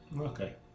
Okay